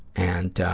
and,